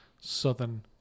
Southern